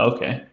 Okay